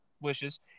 wishes